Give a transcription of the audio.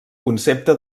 concepte